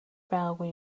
байгаагүй